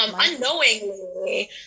unknowingly